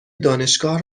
دانشگاه